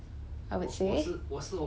I would say